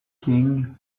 king